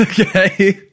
Okay